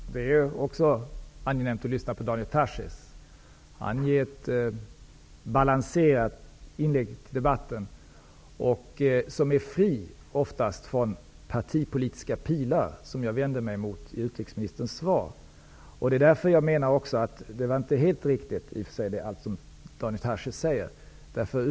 Herr talman! Det är också angenämt att lyssna på Daniel Tarschys. Han ger balanserade inlägg till debatterna som oftast är fria från partipolitiska pilar, något jag vände mig emot i utrikesministerns svar. I och för sig var inte allt Daniel Tarschys sade helt riktigt.